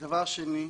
הדבר השני,